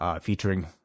featuring